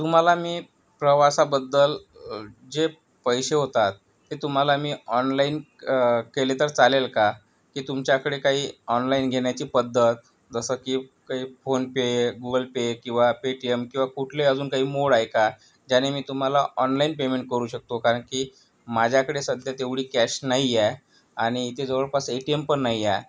तुम्हाला मी प्रवासाबद्दल जे पैसे होतात ते तुम्हाला मी ऑनलाईन क केले तर चालेल का की तुमच्याकडे काहीे ऑनलाईन घेण्याची पद्धत जसं की काहीे फोनपे गुगलपे किंवा पेटीएम किंवा कुठलेही अजून काही मोड आहे का ज्याने मी तुम्हाला ऑनलाईन पेमेंट करू शकतो कारण की माझ्याकडे सध्या तेवढी कॅश नाहीे आहे आणि इथे जवळपास ए टी एम पण नाहीे आहे